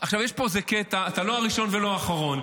אבל יש פה איזה קטע ואתה לא הראשון ולא האחרון.